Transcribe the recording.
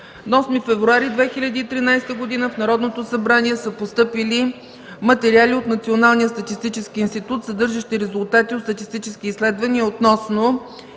8 февруари 2013 г. в Народното събрание са постъпили материали от Националния статистически институт съдържащи резултати от статистически изследвания относно